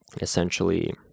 essentially